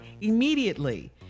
immediately